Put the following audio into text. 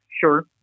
Sure